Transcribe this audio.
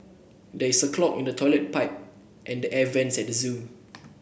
there is a clog in the toilet pipe and the air vents at the zoo